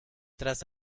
tras